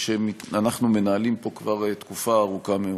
שאנחנו מנהלים פה כבר תקופה ארוכה מאוד.